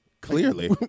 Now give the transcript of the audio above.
Clearly